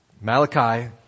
Malachi